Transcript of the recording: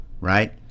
right